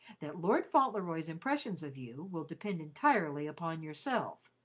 that lord fauntleroy's impressions of you will depend entirely upon yourself.